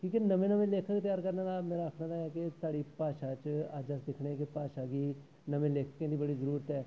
क्योंकि नमें नमें लेखक त्यार करने दा मेरा आखने दा एह् ऐ के साढ़ी भाशा च अज्ज अस दिक्खने कि भाशा गी नमें लेखकें दी बड़ी जरूरत ऐ